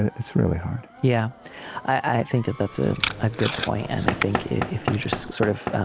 it's really hard yeah i think that that's a ah good point and i think if you just sort of